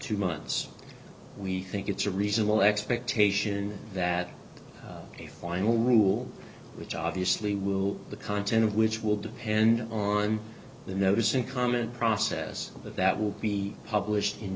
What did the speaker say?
two months we think it's a reasonable expectation that a final rule which obviously will the content of which will depend on the notice and comment process that will be published in